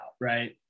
right